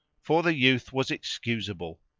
for the youth was excusable.